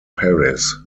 paris